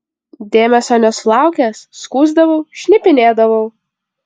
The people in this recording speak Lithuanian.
dėmesio nesulaukęs skųsdavau šnipinėdavau